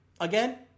again